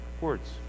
words